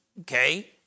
okay